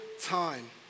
time